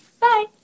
bye